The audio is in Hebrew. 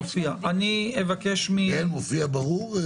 מופיע ברור?